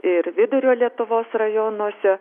ir vidurio lietuvos rajonuose